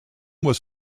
was